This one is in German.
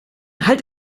halt